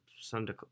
Sunday